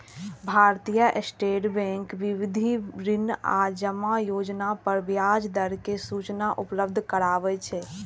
भारतीय state bank विविध ऋण आ जमा योजना पर ब्याज दर के सूचना उपलब्ध कराबै छै